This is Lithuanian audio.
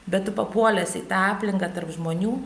bet tu papuolęs į tą aplinką tarp žmonių